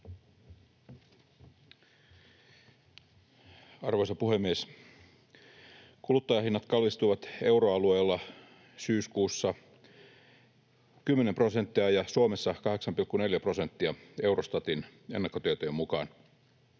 Arvoisa puhemies! Kuluttajahinnat kallistuivat euroalueella syyskuussa 10 prosenttia ja Suomessa 8,4 prosenttia Eurostatin ennakkotietojen mukaan.